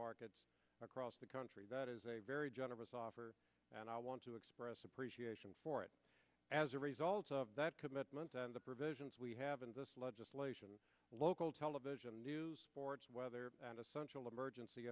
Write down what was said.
markets across the country that is a very generous offer and i want to express appreciation for it as a result of that commitment and the provisions we have in this legislation local television news weather and essential emergency